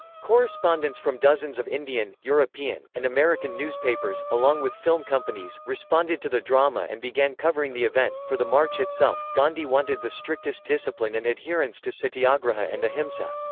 correspondents from dozens of indian, european, and american newspapers, along with film companies, responded to the drama and began covering the event for the march itself, gandhi wanted the strictest discipline and adherence to satyagraha and ahimsa.